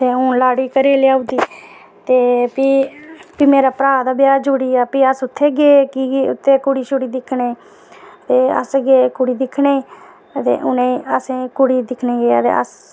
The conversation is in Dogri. ते हून लाड़ी घरै गी लेई औगे ते भी मेरे भ्राऽ दा ब्याह् जुड़ी गेआ ते भी अस उत्थै गे उठी उत्थै कुड़ी दिक्खने गी ते अस गे कुड़ी दिक्खने गी ते उ'नें असेंगी कुड़ी दिक्खने गी गे ते